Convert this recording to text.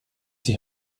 die